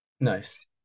Nice